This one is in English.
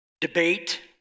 debate